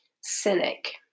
cynic